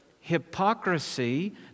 hypocrisy